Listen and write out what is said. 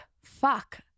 fuck